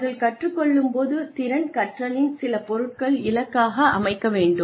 அவர்கள் கற்றுக்கொள்ளும் போது திறன் கற்றலின் சில பொருட்கள் இலக்காக அமைக்க வேண்டும்